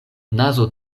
nazo